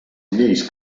lleis